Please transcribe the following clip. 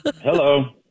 Hello